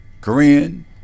Korean